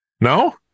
No